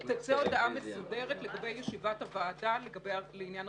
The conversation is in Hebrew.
אלא תצא הודעה מסודרת לגבי ישיבת הוועדה לעניי הרביזיה.